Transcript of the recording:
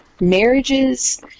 marriages